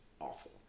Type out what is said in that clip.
awful